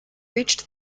reached